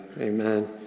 amen